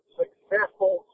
successful